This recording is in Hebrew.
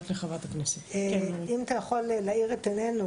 אם אתה יכול להאיר את עינינו,